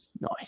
Nice